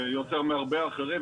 יותר מהרבה אחרים,